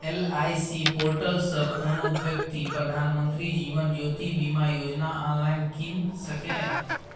LIC portal सँ कोनो बेकती प्रधानमंत्री जीबन ज्योती बीमा योजना आँनलाइन कीन सकैए